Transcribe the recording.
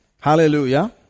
Hallelujah